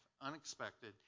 unexpected